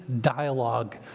dialogue